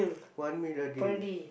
one meal a day